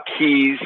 keys